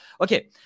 Okay